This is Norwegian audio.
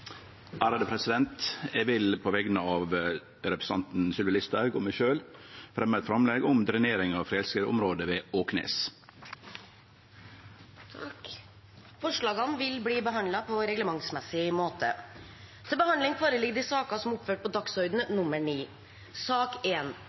Eg vil på vegner av representanten Sylvi Listhaug og meg sjølv fremje eit framlegg om drenering av fjellskredområdet ved Åknes. Forslagene vil bli behandlet på reglementsmessig måte.